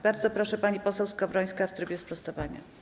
Bardzo proszę, pani poseł Skowrońska w trybie sprostowania.